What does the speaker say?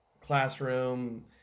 classroom